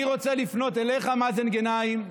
אני רוצה לפנות אליך, מאזן גנאים,